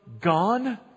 gone